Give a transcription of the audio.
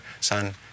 Son